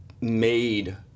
made